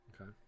Okay